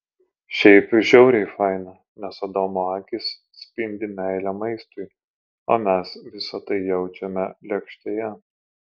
šiaip žiauriai faina nes adomo akys spindi meile maistui o mes visa tai jaučiame lėkštėje